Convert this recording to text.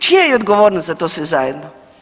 Čija je odgovornost za to sve zajedno?